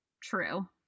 True